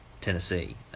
Tennessee